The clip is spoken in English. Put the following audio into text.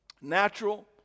Natural